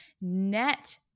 net